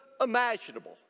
imaginable